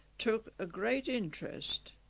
took a great interest